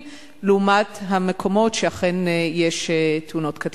לעומת המקומות שאכן יש בהם תאונות קטלניות.